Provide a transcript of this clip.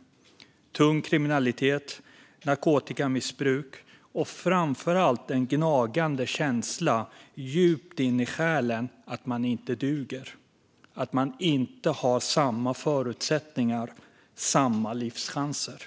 Det handlar om tung kriminalitet, narkotikamissbruk och framför allt en gnagande känsla djupt inne i själen av att man inte duger och inte har samma förutsättningar, samma livschanser.